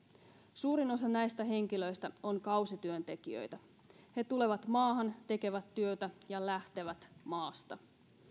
suurin osa näistä henkilöistä on kausityöntekijöitä he tulevat maahan tekevät työtä ja lähtevät maasta